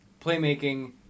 playmaking